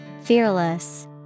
Fearless